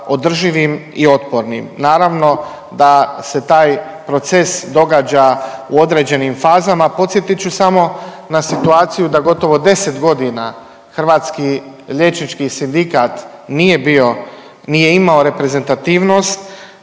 održivim i otpornim. Naravno da se taj proces događa u određenim fazama. Podsjetit ću samo na situaciju da gotovo 10 godina Hrvatski liječnički sindikat nije bio, nije imao reprezentativnost